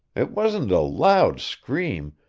it wasn't a loud scream,